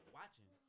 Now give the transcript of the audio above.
watching